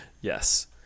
Yes